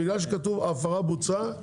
בגלל שכתוב ההפרה בוצעה,